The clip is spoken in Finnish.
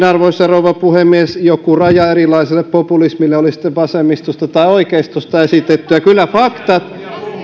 arvoisa rouva puhemies joku raja erilaiselle populismille oli se sitten vasemmistosta tai oikeistosta esitettyä kyllä faktojen